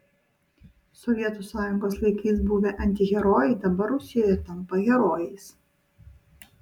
sovietų sąjungos laikais buvę antiherojai dabar rusijoje tampa herojais